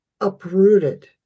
uprooted